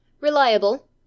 Reliable